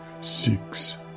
Six